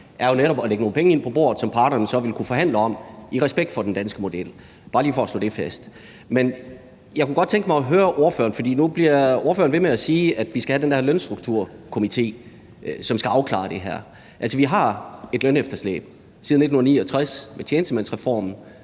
lægge nogle penge ind på bordet, som parterne så vil kunne forhandle om i respekt for den danske model. Det er bare lige for at slå det fast. Men jeg kunne godt tænke mig at høre ordføreren om noget. Nu bliver ordføreren ved med at sige, at vi skal have den der lønstrukturkomité, som skal afklare det her. Altså, vi har et lønefterslæb og har haft det siden 1969 med tjenestemandsreformen,